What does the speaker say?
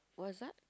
what's that